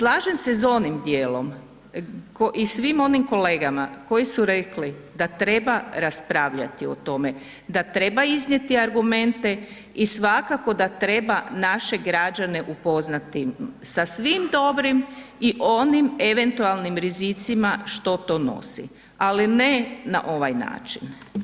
Slažem se onim dijelom i svim onim kolegama koji su rekli da treba raspravljati o tome, da treba iznijeti argumente i svakako da treba naše građane upoznati sa svim dobrim i onim eventualnim rizicima što to nosi, ali ne na ovaj način.